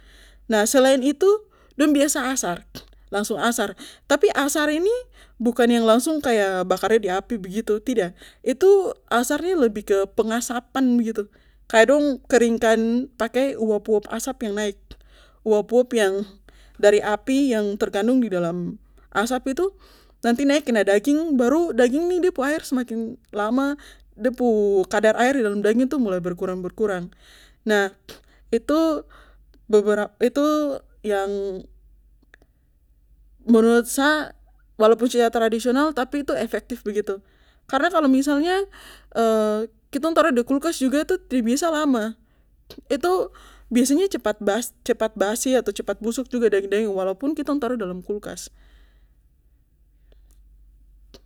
Nah selain itu dong biasa asar langsung asar tapi asar ini bukan yang langsung kaya bakar de di api begitu tidak itu asarnya lebih kek pengasapan begitu kaya dong keringkan pake uap uap asap yang naik uap uap yang dari api yang terkandung di dalam asap itu nanti naik kena daging baru daging nih de pu air semakin lama de pu kadar air di dalam daging tuh mulai berkurang berkurang nah itu beberapa itu yang menurut sa walapun tradisional tapi itu efektif begitu karna kalo misalnya kitong taro di kulkas juga tida biasa lama itu biasanya cepat basi cepat basi atau cepat busuk juga daging daging walaupun kitong taruh dalam kulkas